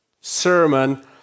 sermon